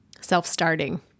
self-starting